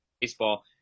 baseball